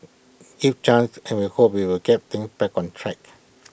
give chance and we hope we will give things back on track